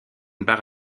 barre